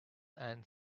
and